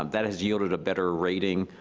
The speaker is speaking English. um that has yielded a better rating.